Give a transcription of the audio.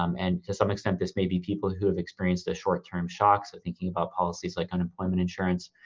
um and to some extent, this may be people who have experienced a short term shocks. so thinking about policies like unemployment insurance,